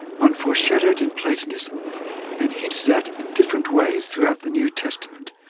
one foreshadowed in platonism and hinted at in different ways throughout the new testament,